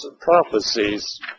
prophecies